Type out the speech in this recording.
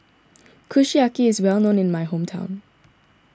Kushiyaki is well known in my hometown